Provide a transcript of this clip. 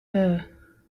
her